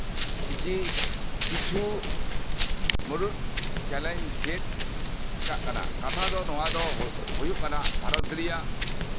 ᱠᱤᱪᱷᱤ ᱠᱤᱪᱷᱩ ᱢᱩᱬᱩᱫ ᱪᱮᱞᱮᱧᱡᱽ ᱪᱮᱫ ᱪᱮᱠᱟᱜ ᱠᱟᱱᱟ ᱠᱟᱛᱷᱟ ᱫᱚ ᱱᱚᱣᱟ ᱫᱚ ᱦᱩᱭᱩᱜ ᱠᱟᱱᱟ ᱵᱷᱟᱨᱚᱛ ᱨᱮᱭᱟᱜ